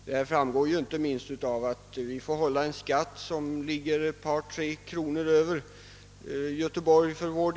Skatten i dessa kommuner är ofta ett par tre kronor högre än i Göteborg för vår del, och motsvarande gäller kranskommunerna kring Stockholm.